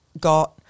got